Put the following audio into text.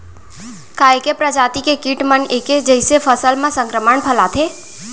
का ऐके प्रजाति के किट मन ऐके जइसे फसल म संक्रमण फइलाथें?